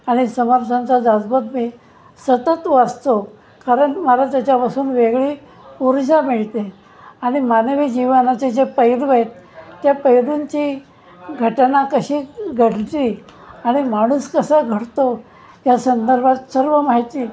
आणि समर्सांचा दासबोध मी सतत वाचतो कारण मला त्याच्यापासून वेगळी उर्जा मिळते आणि मानवी जीवनाचे जे पैलू आहेत त्या पैलूंची घटना कशी घडची आणि माणूस कसा घडतो या संदर्भात सर्व माहिती